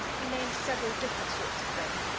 he named several different sorts of grain,